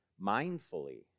mindfully